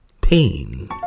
pain